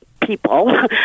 people